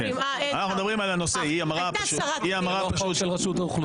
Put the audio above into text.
זה לא חוק של רשות האוכלוסין.